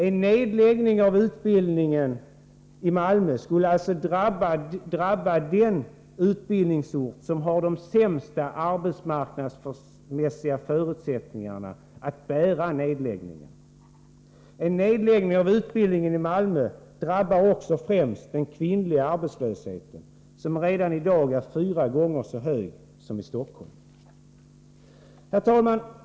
En nedläggning i Malmö skulle alltså drabba den utbildningsort som har de sämsta arbetsmarknadsmässiga förutsättningarna att bära nedläggningen. En nedläggning av utbildningen i Malmö drabbar också främst den kvinnliga arbetslösheten, som redan i dag är fyra gånger så hög som i Stockholm. Herr talman!